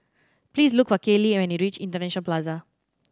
please look for Caylee when you reach International Plaza